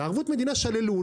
בערבות מדינה שללו,